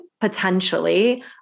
potentially